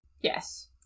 Yes